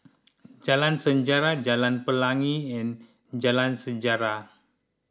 Jalan Sejarah Jalan Pelangi and Jalan Sejarah